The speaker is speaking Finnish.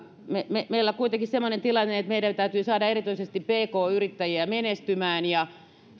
meillä on kuitenkin semmoinen tilanne että meidän täytyy saada erityisesti pk yrittäjiä menestymään ja